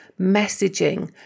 messaging